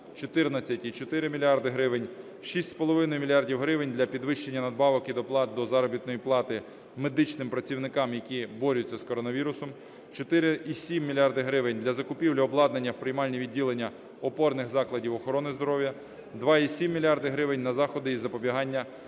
14,4 мільярда гривень, 6,5 мільярда гривень - для підвищення надбавок і доплат до заробітної плати медичним працівникам, які борються з коронавірусом, 4,7 мільярда гривень - для закупівлі обладнання в приймальні відділення опорних закладів охорони здоров'я, 2,7 мільярда гривень - на заходи із запобігання